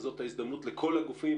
וזאת ההזדמנות לכל הגופים,